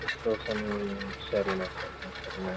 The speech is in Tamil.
சிக்ஸ் தௌசண்ட் சரிண்ணே சரிண்ணே சரிண்ணே